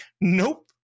Nope